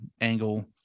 angle